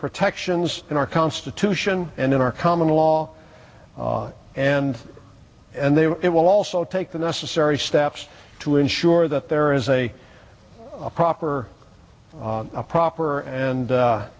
protections in our constitution and in our common law and and there it will also take the necessary steps to ensure that there is a proper a proper and